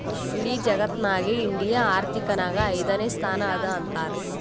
ಇಡಿ ಜಗತ್ನಾಗೆ ಇಂಡಿಯಾ ಆರ್ಥಿಕ್ ನಾಗ್ ಐಯ್ದನೇ ಸ್ಥಾನ ಅದಾ ಅಂತಾರ್